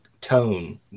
tone